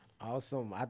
Awesome